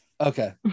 Okay